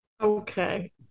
Okay